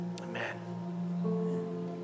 Amen